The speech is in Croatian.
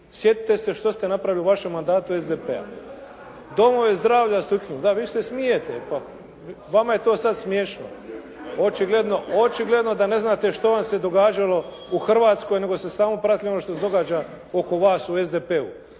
Sjetite se što ste napravili u vašem mandatu SDP-a. Domove zdravlja ste ukinuli. Da, vi se smijete. Vama je to sad smiješno. Očigledno da ne znate što vam se događalo u Hrvatskoj, nego ste samo pratili ono što se događa oko vas u SDP-u.